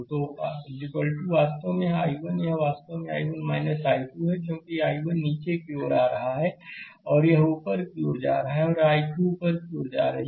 तो वास्तव में यह I1 यह वास्तव में I1 I2 है क्योंकि I1 नीचे की ओर आ रहा है और यह ऊपर की ओर जा रहा है यह I2 ऊपर की ओर जा रहा है